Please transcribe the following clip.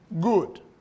good